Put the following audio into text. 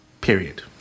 period